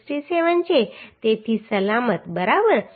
67 છે તેથી સલામત બરાબર